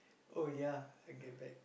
oh ya I get back